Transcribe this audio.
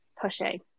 pushing